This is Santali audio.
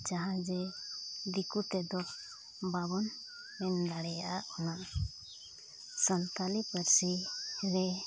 ᱡᱟᱦᱟᱸ ᱡᱮ ᱫᱤᱠᱩᱛᱮᱫᱚ ᱵᱟᱵᱚᱱ ᱮᱢ ᱫᱟᱲᱮᱭᱟᱜᱼᱟ ᱩᱱᱟᱹᱜ ᱥᱟᱱᱛᱟᱲᱤ ᱯᱟᱹᱨᱥᱤᱨᱮ